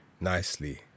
nicely